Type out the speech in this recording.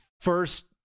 first